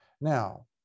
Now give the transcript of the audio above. Now